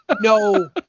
no